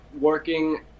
working